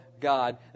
God